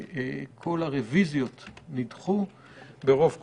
כל הרביזיות נדחו ברוב קולות.